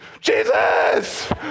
Jesus